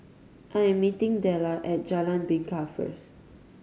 I am meeting Dellar at Jalan Bingka first